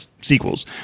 sequels